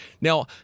Now